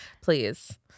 please